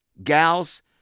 Gals